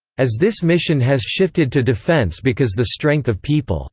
as this mission has shifted to defence because the strength of people's